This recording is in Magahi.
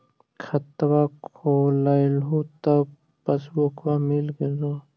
खतवा खोलैलहो तव पसबुकवा मिल गेलो?